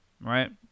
Right